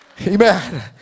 amen